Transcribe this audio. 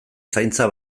zaintza